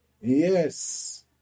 Yes